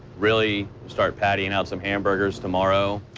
really start pattying out some am burgers tomorrow.